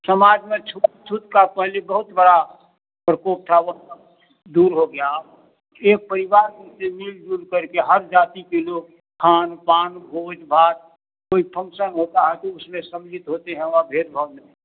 समाज में छूआ छूत का पहले बहुत बड़ा प्रकोप था वह सब दूर हो गया अब एक परिवार उनसे मिलजुल करके हर जाति के लोग खान पान भोज भात कोई फंक्शन होता है तो उसमें सम्मिलित होते हैं और भेद भाव नहीं